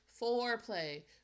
Foreplay